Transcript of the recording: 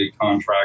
contract